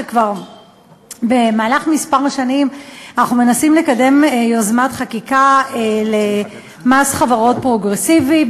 שכבר כמה שנים אנחנו מנסים לקדם יוזמת חקיקה למס חברות פרוגרסיבי,